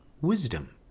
wisdom